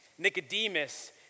Nicodemus